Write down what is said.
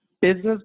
Business